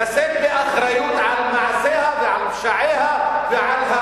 לשאת באחריות על מעשיה ועל פשעיה ועל,